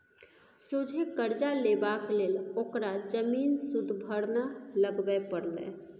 सोझे करजा लेबाक लेल ओकरा जमीन सुदभरना लगबे परलै